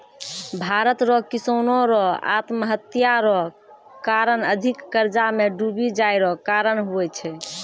भारत रो किसानो रो आत्महत्या रो कारण अधिक कर्जा मे डुबी जाय रो कारण हुवै छै